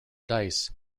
dice